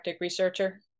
researcher